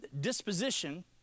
disposition